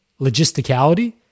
logisticality